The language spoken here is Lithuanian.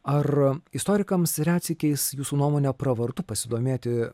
ar istorikams retsykiais jūsų nuomone pravartu pasidomėti